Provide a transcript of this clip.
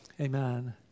Amen